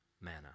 manna